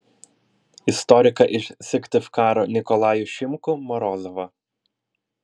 istoriką iš syktyvkaro nikolajų šimkų morozovą